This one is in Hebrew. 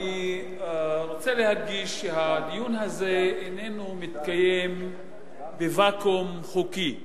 אני רוצה להדגיש שהדיון הזה איננו מתקיים בוואקום חוקי.